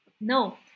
no